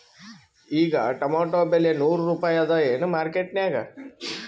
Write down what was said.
ಈಗಾ ಟೊಮೇಟೊ ಬೆಲೆ ನೂರು ರೂಪಾಯಿ ಅದಾಯೇನ ಮಾರಕೆಟನ್ಯಾಗ?